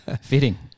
Fitting